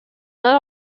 not